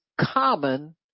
common